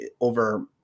over